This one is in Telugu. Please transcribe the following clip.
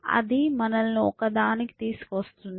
అది మనలను ఒకదానికి తీసుకువస్తుంది